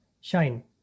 Shine